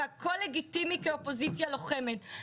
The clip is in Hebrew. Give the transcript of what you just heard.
והכול לגיטימי כאופוזיציה לוחמת.